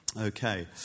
Okay